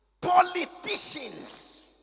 politicians